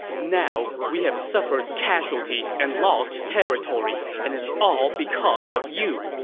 now, we have suffered casualties and lost territory, and it's all because of you!